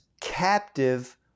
captive